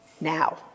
Now